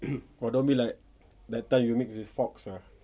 !wah! don't be like that time you mix with fox ah